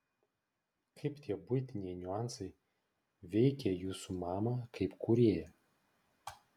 kaip tie buitiniai niuansai veikė jūsų mamą kaip kūrėją